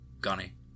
Gunny